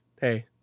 Hey